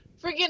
freaking